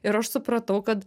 ir aš supratau kad